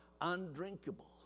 undrinkable